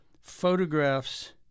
photographs